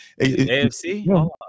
AFC